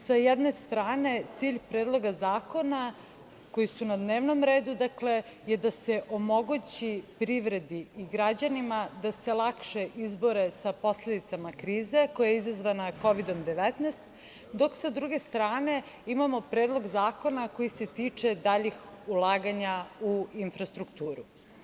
Sa jedne strane, cilj predloga zakona koji su na dnevnom redu je da se omogući privredi i građanima da se lakše izbore sa posledicama krize koja je izazvana Kovidom 19, dok sa druge strane imamo predlog zakona koji se tiče daljih ulaganja u infrastrukturu.